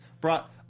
Brought